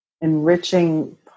enriching